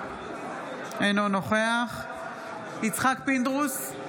אינו נוכח יצחק פינדרוס,